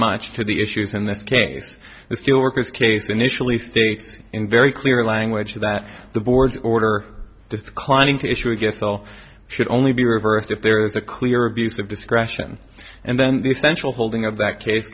much to the issues in this case the steelworkers case initially states in very clear language that the board's order this climbing to issue a guess all should only be reversed if there is a clear abuse of discretion and then the essential holding of that case